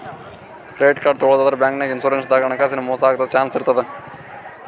credit card ತಗೋಳಾದ್ರಾಗ್, ಬ್ಯಾಂಕ್ನಾಗ್, insurance ದಾಗ್ ಹಣಕಾಸಿನ್ ಮೋಸ್ ಆಗದ್ ಚಾನ್ಸ್ ಇರ್ತದ್